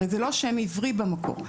הרי זה לא שם עברי במקור,